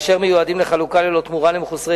ואשר מיועדים לחלוקה ללא תמורה למחוסרי